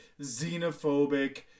xenophobic